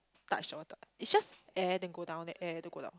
touch the water what it's just air then go down then air then go down